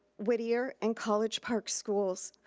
whittier, and college park schools,